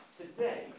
today